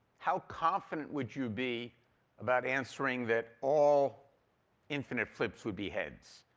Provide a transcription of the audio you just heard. how confident would you be about answering that all infinite flips would be heads?